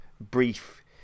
brief